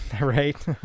right